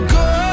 go